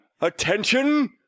Attention